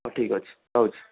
ହଉ ଠିକ୍ ଅଛି ରହୁଛି